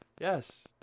Yes